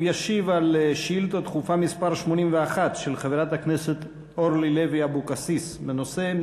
הוא ישיב על שאילתה דחופה מס' 84 של חברת הכנסת אורלי לוי אבקסיס בנושא: